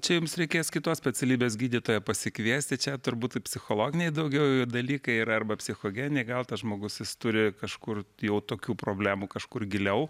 čia jums reikės kitos specialybės gydytoją pasikviesti čia turbūt psichologiniai daugiau dalykai yra arba psichogeniniai gal tas žmogus jis turi kažkur jau tokių problemų kažkur giliau